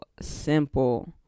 simple